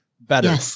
better